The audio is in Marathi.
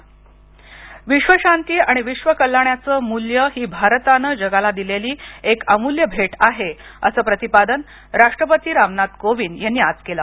राष्ट्रपती सदेश विश्वशांती आणि विश्वकल्याणाचं मूल्य ही भारतानं जगाला दिलेली एक अमुल्य भेट आहे असं प्रतिपादन राष्ट्रपती रामनाथ कोविंद यांनी आज केलं